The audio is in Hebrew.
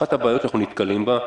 אחת הבעיות שאנחנו נתקלים בה,